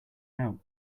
out